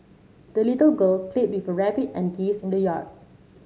the little girl played with her rabbit and geese in the yard